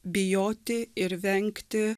bijoti ir vengti